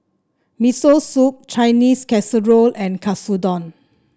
Miso Soup Chinese Casserole and Katsudon